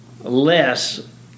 less